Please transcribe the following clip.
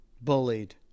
bullied